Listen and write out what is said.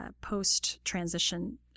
post-transition